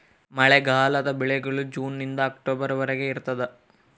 ಮಳೆಗಾಲದ ಬೆಳೆಗಳು ಜೂನ್ ನಿಂದ ಅಕ್ಟೊಬರ್ ವರೆಗೆ ಇರ್ತಾದ